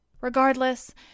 Regardless